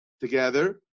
together